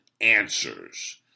answers